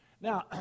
Now